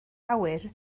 awyr